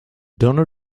donor